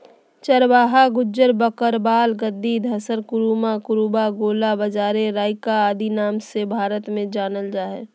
चरवाहा गुज्जर, बकरवाल, गद्दी, धंगर, कुरुमा, कुरुबा, गोल्ला, बंजारे, राइका आदि नाम से भारत में जानल जा हइ